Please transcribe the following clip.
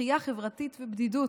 דחייה חברתית ובדידות,